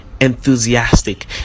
enthusiastic